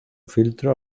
filtro